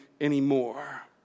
anymore